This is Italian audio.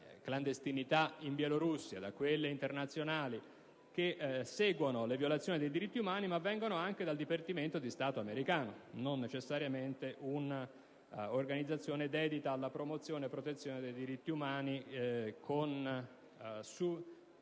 in clandestinità in Bielorussia, che da quelle internazionali che seguono le violazioni dei diritti umani, ma anche dal Dipartimento di Stato americano (non propriamente un'organizzazione dedita alla promozione e protezione dei diritti umani in maniera